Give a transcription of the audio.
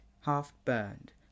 half-burned